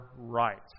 rights